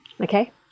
Okay